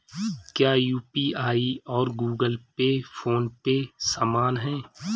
क्या यू.पी.आई और Google Pay PhonePe समान हैं?